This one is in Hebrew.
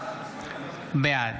בעד